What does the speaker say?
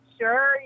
sure